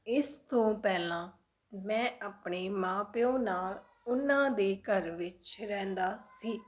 ਇਸ ਤੋਂ ਪਹਿਲਾਂ ਮੈਂ ਆਪਣੇ ਮਾਂ ਪਿਓ ਨਾਲ ਉਹਨਾਂ ਦੇ ਘਰ ਵਿੱਚ ਰਹਿੰਦਾ ਸੀ